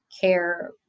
care